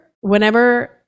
whenever